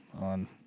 on